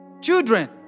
children